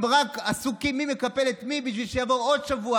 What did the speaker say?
הם רק עסוקים במי מקפל את מי בשביל שיעבור עוד שבוע